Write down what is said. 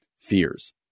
fears